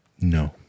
no